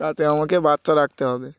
তাতে আমাকে বাচ্চা রাখতে হবে